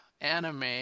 anime